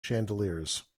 chandeliers